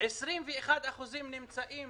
ו-21% נמצאות